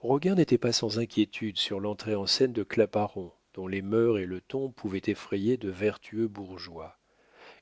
roguin n'était pas sans inquiétude sur l'entrée en scène de claparon dont les mœurs et le ton pouvaient effrayer de vertueux bourgeois